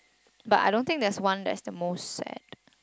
but I don't think there's one that's the most sad